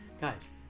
Guys